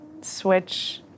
switch